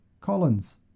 Collins